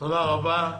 תודה רבה.